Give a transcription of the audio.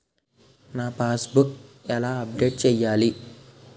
నా passbook ఎలా update చేయాలి?